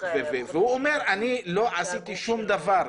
--- והוא אומר: אני לא עשיתי שום דבר.